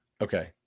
Okay